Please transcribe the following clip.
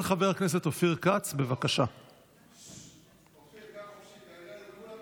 של חבר הכנסת ואוליד אלהואשלה.